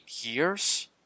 years